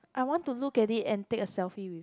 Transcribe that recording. I want to look at it and take a selfie with